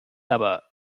aber